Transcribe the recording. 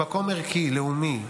ממקום ערכי, לאומי.